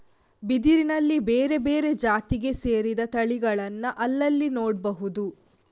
ಬಿದಿರಿನಲ್ಲಿ ಬೇರೆ ಬೇರೆ ಜಾತಿಗೆ ಸೇರಿದ ತಳಿಗಳನ್ನ ಅಲ್ಲಲ್ಲಿ ನೋಡ್ಬಹುದು